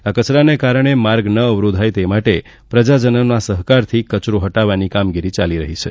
આ કચરાને કારણે માર્ગ ન અવરોધાય તે માટે પ્રજાજનનો સહકારથી કચરો હટાવવાની કામગીરી ચાલી રહી છે